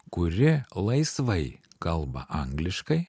kuri laisvai kalba angliškai